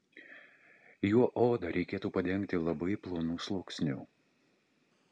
juo odą reikėtų padengti labai plonu sluoksniu